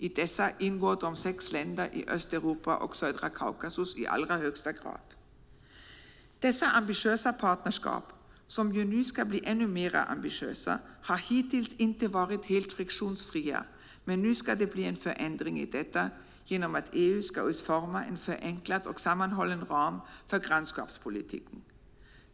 I dessa ingår de sex länderna i Östeuropa och södra Kaukasus i allra högsta grad. Dessa ambitiösa partnerskap - som ju nu ska bli ännu mer ambitiösa - har hittills inte varit helt friktionsfria. Nu ska det dock bli en förändring i detta genom att EU utformar en förenklad och sammanhållen ram för grannskapspolitiken.